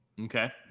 Okay